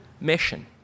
mission